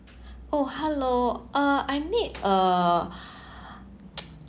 oh hello uh I made uh